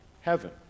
heaven